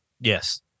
Yes